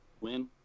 Win